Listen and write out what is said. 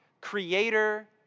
creator